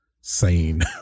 sane